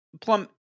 Plum